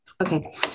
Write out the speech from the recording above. Okay